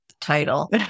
title